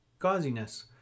gauziness